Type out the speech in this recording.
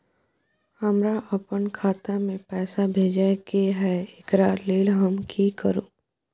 हमरा अपन खाता में पैसा भेजय के है, एकरा लेल हम की करू?